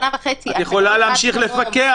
לעבוד שנה וחצי --- את יכולה להמשיך לפקח.